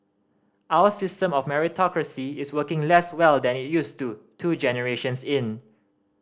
our system of meritocracy is working less well than it used to two generations in